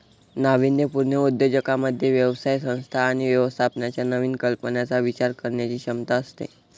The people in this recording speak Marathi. नाविन्यपूर्ण उद्योजकांमध्ये व्यवसाय संस्था आणि व्यवस्थापनाच्या नवीन कल्पनांचा विचार करण्याची क्षमता असते